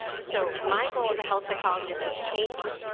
so my goal as a health psychologist has changed.